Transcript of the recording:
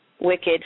wicked